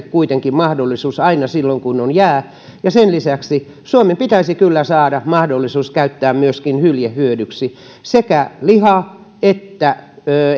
kuitenkin mahdollisuus aina silloin kun on jää sen lisäksi suomeen pitäisi kyllä saada mahdollisuus käyttää myöskin hylje hyödyksi sekä liha että